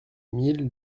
mille